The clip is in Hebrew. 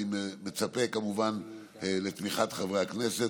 אני מצפה, כמובן, לתמיכת חברי הכנסת.